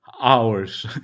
hours